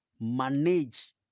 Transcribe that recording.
manage